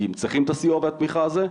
כי הם צריכים את הסיוע והתמיכה הזו,